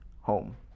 home